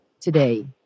today